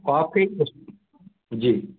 आपके उस जी